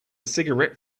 cigarette